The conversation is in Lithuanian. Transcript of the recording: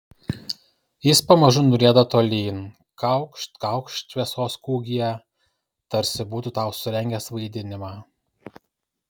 jis pamažu nurieda tolyn kaukšt kaukšt šviesos kūgyje tarsi būtų tau surengęs vaidinimą